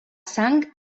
sang